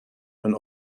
and